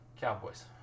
cowboys